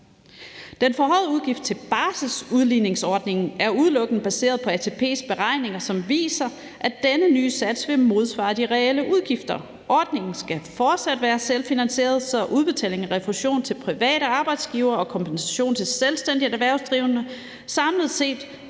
Den forhøjede udgift til barselsudligningsordningen er udelukkende baseret på ATP's beregninger, som viser, at denne nye sats vil modsvare de reelle udgifter. Ordningen skal fortsat være selvfinansieret, så udbetaling af refusion til private arbejdsgivere og kompensation til selvstændige erhvervsdrivende samlet set